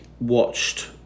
watched